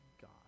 God